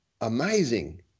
amazing